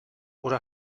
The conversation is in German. oder